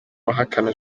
bahakana